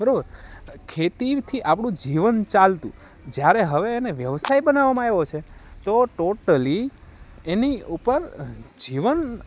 બરાબર ખેતીથી આપણું જીવન ચાલતું જ્યારે હવે એને વ્યવસાય બનાવવામાં આવ્યો છે તો ટોટલી એની ઉપર જીવન